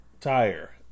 tire